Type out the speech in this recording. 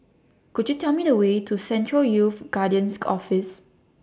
Could YOU Tell Me The Way to Central Youth Guidance Office